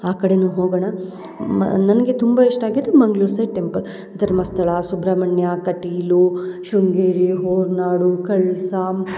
ಆ ಕಡೆನು ಹೋಗೋಣ ಮಾ ನನಗೆ ತುಂಬ ಇಷ್ಟ ಆಗಿದ್ದು ಮಂಗ್ಳೂರು ಸೈಡ್ ಟೆಂಪಲ್ ಧರ್ಮಸ್ಥಳ ಸುಬ್ರಹ್ಮಣ್ಯ ಕಟೀಲು ಶೃಂಗೇರಿ ಹೋರನಾಡು ಕಳಸ